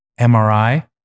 MRI